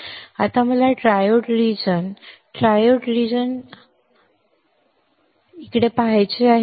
आता मला triode region triode region उजव्या बाजूला डावीकडे पहायचे आहे